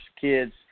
kids